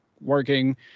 working